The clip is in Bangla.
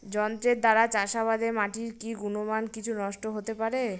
যন্ত্রের দ্বারা চাষাবাদে মাটির কি গুণমান কিছু নষ্ট হতে পারে?